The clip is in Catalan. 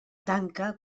tanca